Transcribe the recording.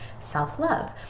self-love